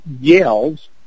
yells